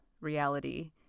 reality